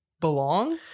belong